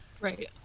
Right